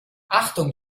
achtung